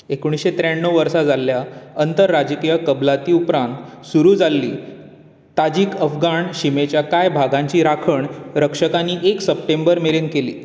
एकुणशें त्र्याण्ण्व वर्सा जाल्ल्या अंतरराजकीय कबलाती उपरांत सुरू जाल्ली ताजिक अफगाण शिमेच्या कांय भागाची राखण रक्षकांनी एक सप्टेंबर मेरेन केली